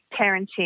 parenting